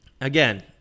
Again